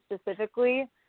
specifically